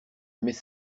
mais